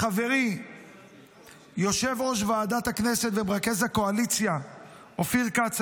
לחברי יושב-ראש ועדת הכנסת ומרכז הקואליציה אופיר כץ,